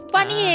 Funny